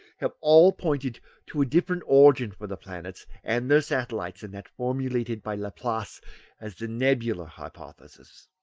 have all pointed to a different origin for the planets and their satellites than that formulated by laplace as the nebular hypothesis.